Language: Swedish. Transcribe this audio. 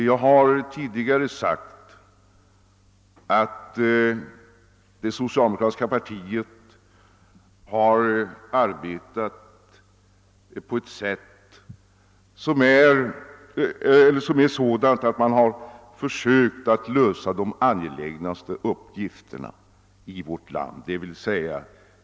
Jag har tidigare sagt att det socialdemokratiska partiet har arbetat på ett sådant sätt att man först sökt lösa de angelägnaste sociala uppgifterna.